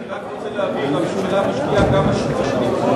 אני רק רוצה להבהיר: הממשלה משקיעה כמה שהיא משקיעה,